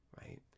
right